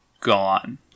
gone